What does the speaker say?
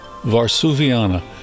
Varsuviana